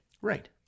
Right